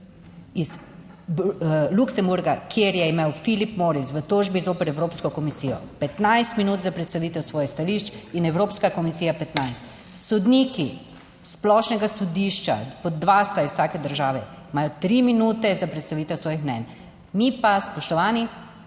iz Luksemburga, kjer je imel Philip Morris v tožbi zoper Evropsko komisijo 15 minut za predstavitev svojih stališč in Evropska komisija 15. Sodniki splošnega sodišča, po dva sta iz vsake države, imajo 3 minute za predstavitev svojih mnenj, mi pa, spoštovani,